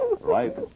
Right